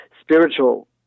spiritual